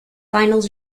finals